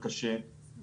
זה ממש לא נכון.